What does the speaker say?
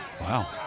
Wow